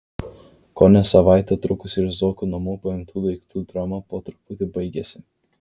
kone savaitę trukusi iš zuokų namų paimtų daiktų drama po truputį baigiasi